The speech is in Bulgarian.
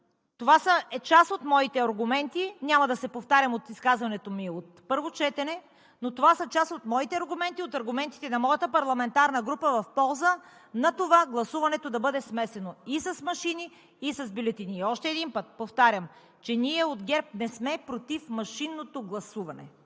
му ще бъде огромно. Няма да се повтарям от изказването ми на първо четене, но това са част от моите аргументи, от аргументите на моята парламентарна група в полза на това гласуването да бъде смесено – и с машини, и с бюлетини. Още един път повтарям, че ние от ГЕРБ не сме против машинното гласуване.